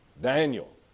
Daniel